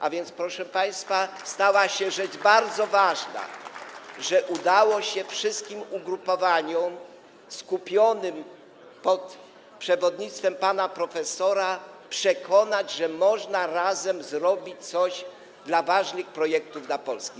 A więc, proszę państwa, stała się rzecz bardzo ważna - udało się wszystkim ugrupowaniom, skupionym pod przewodnictwem pana profesora, przekonać, że można razem zrobić coś dla projektów ważnych dla Polski.